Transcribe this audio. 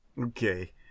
Okay